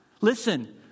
Listen